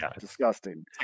disgusting